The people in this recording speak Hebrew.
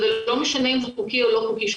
לא משנה אם זה חוקי או לא חוקי,